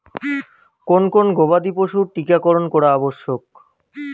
কোন কোন গবাদি পশুর টীকা করন করা আবশ্যক?